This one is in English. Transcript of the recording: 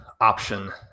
option